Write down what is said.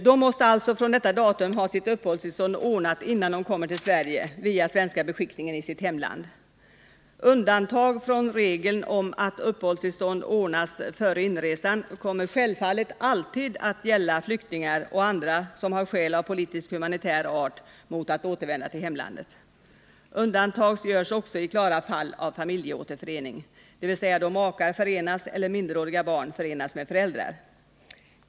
De måste alltså från detta datum ha sitt uppehållstillstånd ordnat via svenska beskickningen i sitt hemland innan de kommer till Sverige. Undantag från regeln om att ha uppehållstillstånd ordnat före inresan kommer självfallet alltid att gälla flyktingar och andra som har skäl av politisk hemlandet. Undantag görs oc! humanitär art mot att återvända till å i klara fall av familjeåterförening, dvs. då makar förenas eller minderåriga barn förenas med föräldrar.